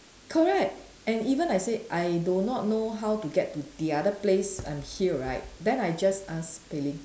correct and even I said I do not know how to get to the other place I'm here right then I just ask Pei Ling